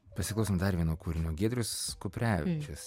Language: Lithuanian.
pasiklausom dar vieno kūrinio giedrius kuprevičius